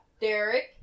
Derek